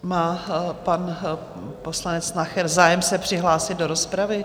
Má pan poslanec Nacher zájem se přihlásit do rozpravy?